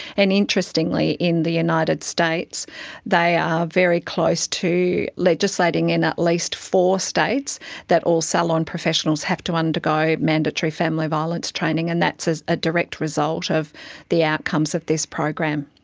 and interestingly, in the united states they are very close to legislating in at least four states that all salon professionals have to undergo mandatory family violence training. and that's as a direct result of the outcomes of this program.